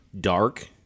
dark